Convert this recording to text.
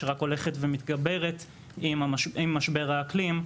שרק הולכת ומתגברת עם משבר האקלים,